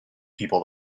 people